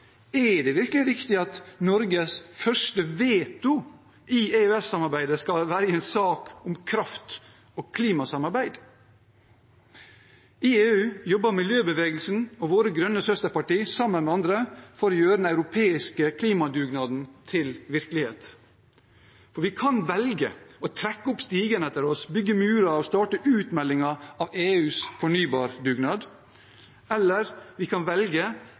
Er det virkelig riktig at Norges første veto i EØS-samarbeidet skal være i en sak om kraft og klimasamarbeid? I EU jobber miljøbevegelsen og våre grønne søsterparti sammen med andre for å gjøre den europeiske klimadugnaden til virkelighet. For vi kan velge å trekke opp stigen etter oss, bygge murer og starte utmeldingen av EUs fornybardugnad, eller vi kan velge